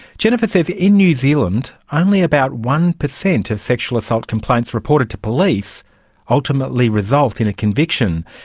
jennifer says in new zealand only about one percent of sexual assault complaints reported to police ultimately result in a conviction.